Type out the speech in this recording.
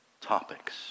topics